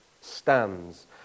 stands